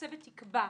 הצוות יקבע.